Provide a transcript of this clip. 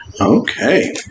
Okay